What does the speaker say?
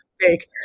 mistake